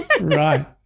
Right